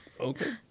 Okay